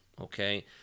okay